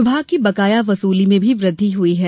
विभाग की बकाया वसूली में भी वृद्धि हुई है